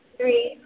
three